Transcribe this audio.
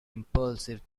impulsive